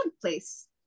place